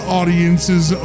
audiences